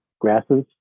grasses